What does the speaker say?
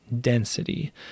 density